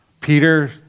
Peter